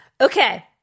Okay